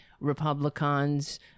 republicans